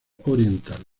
oriental